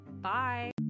Bye